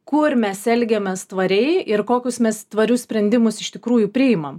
kur mes elgiamės tvariai ir kokius mes tvarius sprendimus iš tikrųjų priimam